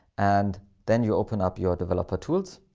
and then you open up your developer tools.